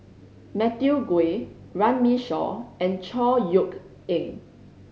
Matthew Ngui Runme Shaw and Chor Yeok Eng